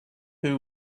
who